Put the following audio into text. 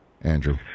Andrew